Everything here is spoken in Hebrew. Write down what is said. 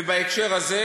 ובהקשר הזה